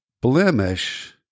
blemish